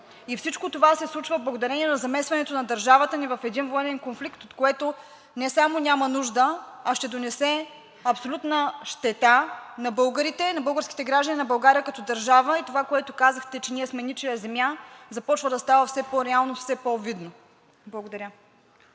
и всичко това се случва благодарение на замесването на държавата ни в един военен конфликт, от което не само няма нужда, а ще донесе абсолютна щета на българите, на българските граждани и на България като държава. Това, което казахте, че ние сме ничия земя, започва да става все по-реално и все по-видно. Благодаря.